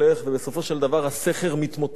ובסופו של דבר הסכר מתמוטט.